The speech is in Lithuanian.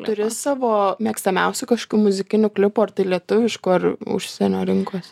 turi savo mėgstamiausių kažkokių muzikinių klipų ar tai lietuviškų ar užsienio rinkos